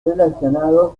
relacionados